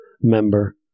member